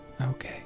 Okay